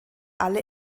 alle